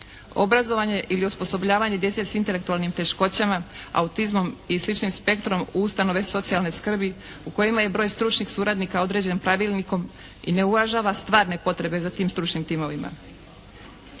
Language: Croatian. Obrazovanje ili osposobljavanje djece sa intelektualnim teškoćama, autizmom i sličnim spektrom u ustanove socijalne skrbi u kojima je broj stručnih suradnika određen pravilnikom i ne uvažava stvarne potrebe za tim stručnim timovima.